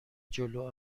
جلو